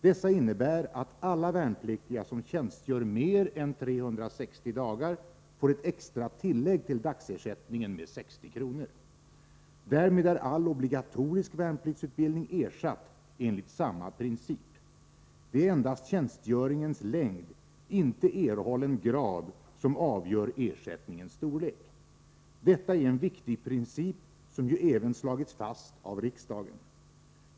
Dessa innebär att alla värnpliktiga som tjänstgör mer än 360 dagar får ett extra tillägg till dagersättningen med 60 kr. Därmed är all obligatorisk värnpliktsutbildning ersatt enligt samma princip. Det är endast tjänstgöringens längd, inte erhållen grad, som avgör ersättningens storlek. Detta är en viktig princip, som ju även slagits fast av riksdagen.